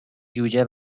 جوجه